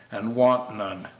and want none,